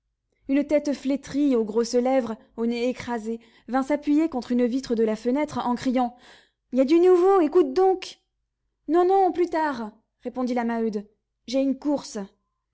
une tête flétrie aux grosses lèvres au nez écrasé vint s'appuyer contre une vitre de la fenêtre en criant y a du nouveau écoute donc non non plus tard répondit la maheude j'ai une course